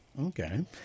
Okay